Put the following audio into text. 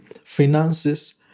finances